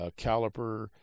caliper